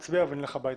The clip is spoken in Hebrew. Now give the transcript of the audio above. נצביע ונלך הביתה.